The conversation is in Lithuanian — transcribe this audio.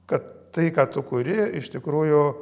kad tai ką tu kuri iš tikrųjų